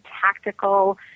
tactical